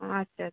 আচ্ছা আচ্ছা